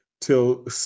till